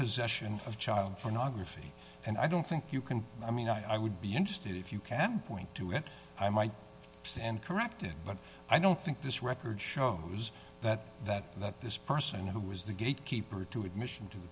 possession of child pornography and i don't think you can i mean i would be interested if you can point to it i might stand corrected but i don't think this record shows that that that this person who was the gatekeeper to admission to